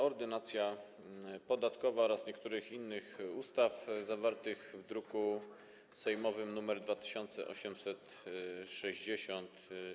Ordynacja podatkowa oraz niektórych innych ustaw zawartym w druku sejmowym nr 2860.